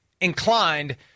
inclined